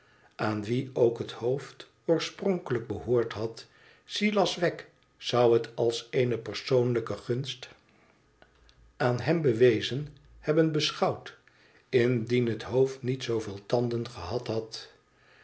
aan wien ook het hoofd oorspronkelijk behoord had silas wegg zou het als eene persoonlijke gunst bewezen hebben beschouwd indien het hoofd niet zooveel tanden gehad had